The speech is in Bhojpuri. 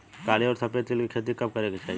काली अउर सफेद तिल के खेती कब करे के चाही?